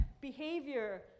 behavior